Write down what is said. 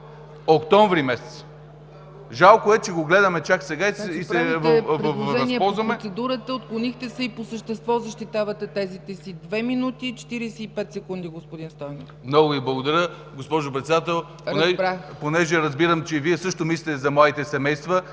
октомври месец – жалко е, че го гледаме чак сега и се възползваме...